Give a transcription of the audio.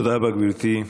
תודה רבה, גברתי.